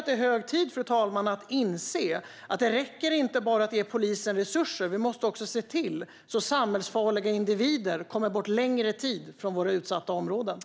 Det är hög tid, fru talman, att inse att det inte räcker att ge polisen resurser, utan vi måste se till att samhällsfarliga individer under längre tid är borta från de utsatta områdena.